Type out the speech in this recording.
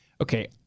Okay